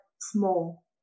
small